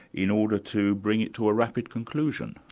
in order to bring it to a rapid conclusion